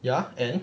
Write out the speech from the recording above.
ya and